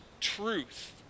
truth